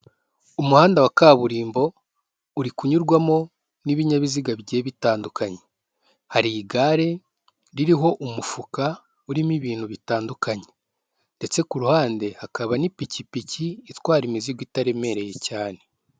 Umuhanda wa kaburimbo uri kunyurwamo n'ibinyabiziga bigiye bitandukanye. Hari igare ririho umufuka urimo ibintu bitandukanye ndetse ku ruhande hakaba n'ipikipiki itwara imizigo itaremereye cyane.